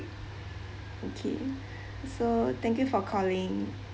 okay so thank you for calling